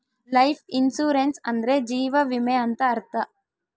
life insurance ಅಂದ್ರೆ ಜೀವ ವಿಮೆ ಅಂತ ಅರ್ಥ